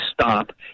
stop